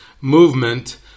movement